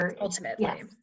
Ultimately